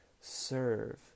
serve